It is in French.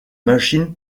machines